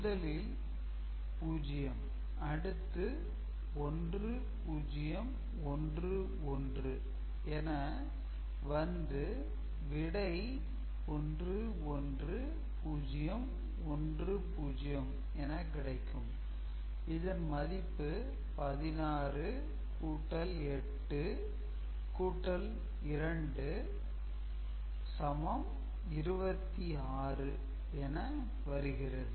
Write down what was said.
முதலில் 0 அடுத்து 1 0 1 1 என வந்து விடை 1 1 0 1 0 என கிடைக்கும் இதன் மதிப்பு 168226 என வருகிறது